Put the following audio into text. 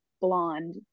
blonde